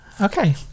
okay